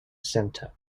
center